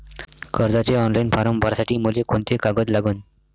कर्जाचे online form भरासाठी मले कोंते कागद लागन?